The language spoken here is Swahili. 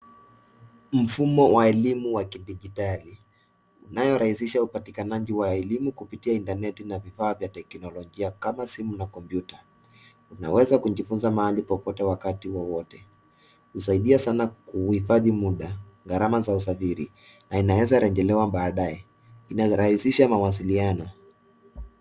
Mfumo wa elimu ya kidijitali inayorahisisha upatikanaji wa elimu kupitia intaneti na vifaa vya kiteknolojia kama simu na kompyuta. Unaweza kujifunza mahali popote wakati wowote. Husaidia sana kuhifadhi muda, gharama za usafiri na inaweza rejelewa badae, inarahisisha mawasiliano.